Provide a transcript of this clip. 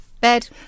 Bed